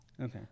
Okay